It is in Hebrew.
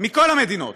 מכל המדינות